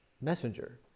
messenger